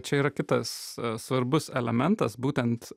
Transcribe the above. čia yra kitas svarbus elementas būtent